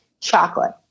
chocolate